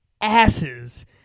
asses